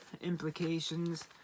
implications